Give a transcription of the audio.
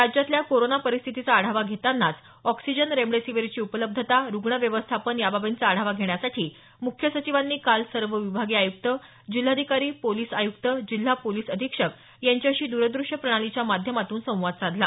राज्यातल्या कोरोना परिस्थितीचा आढावा घेतानाच ऑक्सिजन रेमडीसीवीरची उपलब्धता रुग्ण व्यवस्थापन याबाबींचा आढावा घेण्यासाठी मुख्य सचिवांनी काल सर्व विभागीय आयुक्त जिल्हाधिकारी पोलिस आयुक्त जिल्हा पोलिस अधीक्षक यांच्याशी द्रदृष्य प्रणालीच्या माध्यमातून संवाद साधला